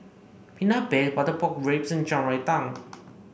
Peanut Paste Butter Pork Ribs and Shan Rui Tang